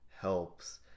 helps